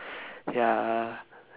ya